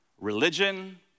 religion